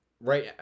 right